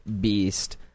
beast